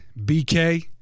BK